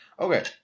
Okay